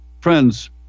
Friends